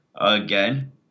again